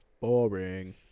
Boring